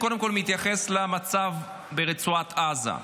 קודם כול, אני מתייחס למצב ברצועת עזה.